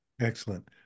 Excellent